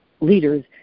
leaders